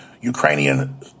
Ukrainian